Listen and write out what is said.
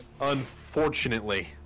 Unfortunately